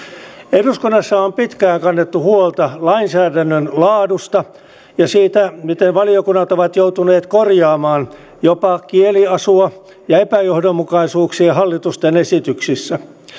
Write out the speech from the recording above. eduskunnassa on pitkään kannettu huolta lainsäädännön laadusta ja siitä miten valiokunnat ovat joutuneet korjaamaan jopa kieliasua ja epäjohdonmukaisuuksia hallitusten esityksissä